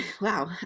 Wow